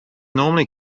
normally